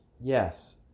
yes